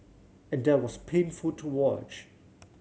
and that was painful to watch